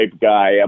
guy